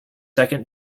second